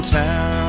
town